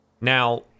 Now